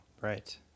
Right